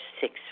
six